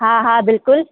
हा हा बिल्कुलु